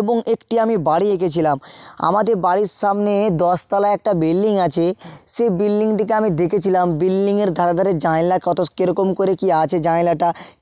এবং একটি আমি বাড়ি এঁকেছিলাম আমাদের বাড়ির সামনে দশতালা একটা বিল্ডিং আছে সে বিল্ডিংটিকে আমি দেখেছিলাম বিল্ডিংয়ের ধারে ধারে কত কেরকম করে কী আছে জানলা